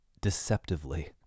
deceptively